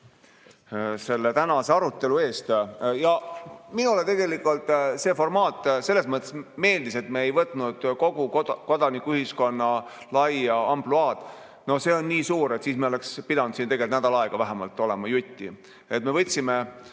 selle tänase arutelu eest! Minule tegelikult see formaat selles mõttes meeldis, et me ei võtnud kogu kodanikuühiskonna laia ampluaad. No see on nii suur, et siis me oleksime pidanud olema siin vähemalt nädal aega jutti.